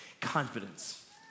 Confidence